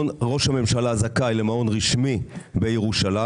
ראש הממשלה זכאי למעון רשמי בירושלים